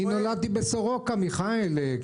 נולדתי בסורוקה, מיכאל.